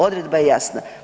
Odredba je jasna.